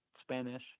Spanish